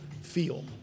feel